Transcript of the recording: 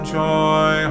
joy